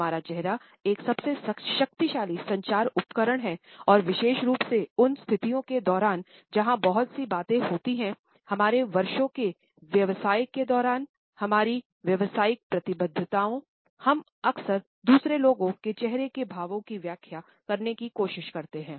हमारा चेहरा एक सबसे शक्तिशाली संचार उपकरण है और विशेष रूप से उन स्थितियों के दौरान जहां बहुत सी बातें होती हैं हमारे वर्षों के व्यवसाय के दौरानहमारी व्यावसायिक प्रतिबद्धताओं हम अक्सर दूसरे लोगों के चेहरे के भावों की व्याख्या करने की कोशिश करते हैं